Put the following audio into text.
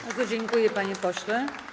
Bardzo dziękuję, panie pośle.